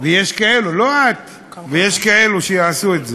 ויש כאלו, לא את, ויש כאלו שיעשו את זה,